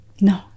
No